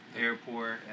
airport